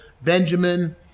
Benjamin